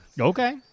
Okay